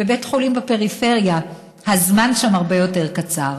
בבית חולים בפריפריה הזמן הרבה יותר קצר.